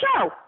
show